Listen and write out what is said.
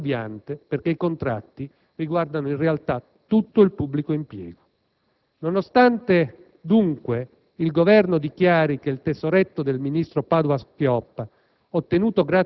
ma il dato è fuorviante perché i contratti riguardano in realtà tutto il pubblico impiego). Nonostante dunque il Governo dichiari che il tesoretto del ministro Padoa-Schioppa,